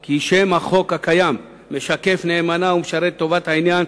כי שם החוק הקיים משקף נאמנה ומשרת את טובת העניין,